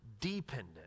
dependent